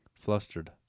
flustered